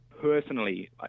personally